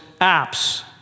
apps